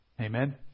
Amen